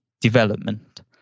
development